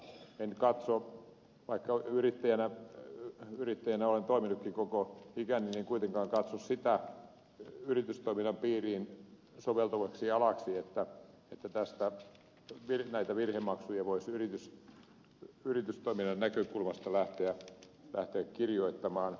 en katso vaikka yrittäjänä olen toiminutkin koko ikäni kuitenkaan sitä yritystoiminnan piiriin soveltuvaksi alaksi että tästä näitä virhemaksuja voisi yritystoiminnan näkökulmasta lähteä kirjoittamaan